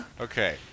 Okay